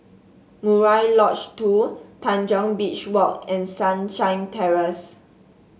Murai Lodge Two Tanjong Beach Walk and Sunshine Terrace